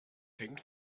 hängt